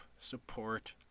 support